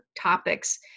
topics